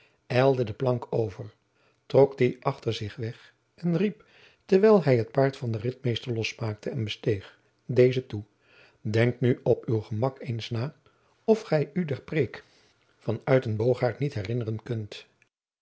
ijlde de plank over trok die achter zich weg en riep terwijl hij het paard van den ritmeester losmaakte en besteeg dezen toe denk nu op uw gemak eens na of gij u der preêk van uytenbogaert niet herinneren kunt